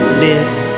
live